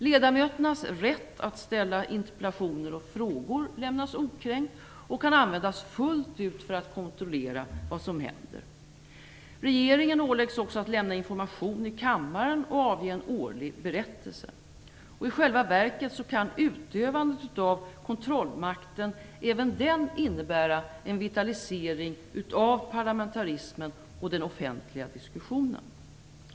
Ledamöternas rätt att ställa interpellationer och frågor lämnas okränkt och kan användas fullt ut för att kontrollera vad som händer. Regeringen åläggs också att lämna information i kammaren och att avge en årlig berättelse. I själva verket kan utövandet av kontrollmakten även den innebära en vitalisering av parlamentarismen och den offentliga diskussionen.